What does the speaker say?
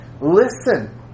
Listen